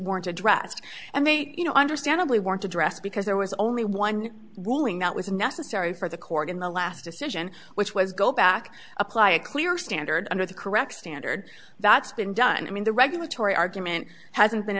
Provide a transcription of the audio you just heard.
weren't addressed and they you know understandably want to dress because there was only one ruling that was necessary for the court in the last decision which was go back apply a clear standard under the correct standard that's been done i mean the regulatory argument hasn't been